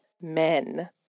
men